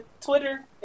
Twitter